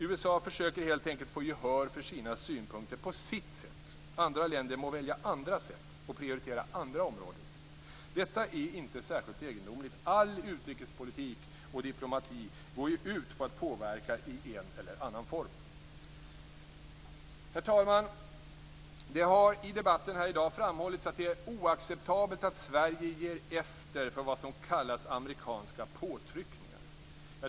USA försöker helt enkelt få gehör för sina synpunkter på sitt sätt, andra länder må välja andra sätt och prioritera andra områden. Detta är inte särskilt egendomligt. All utrikespolitik och diplomati går ju ut på att påverka i en eller annan form. Herr talman! Det har i debatten i dag framhållits att det är oacceptabelt att Sverige ger efter för vad som kallas amerikanska påtryckningar.